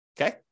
Okay